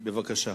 בבקשה.